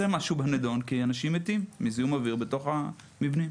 משהו בנידון כי אנשים מתים מזיהום אוויר בתוך המבנים.